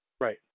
Right